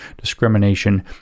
discrimination